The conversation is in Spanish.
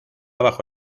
bajo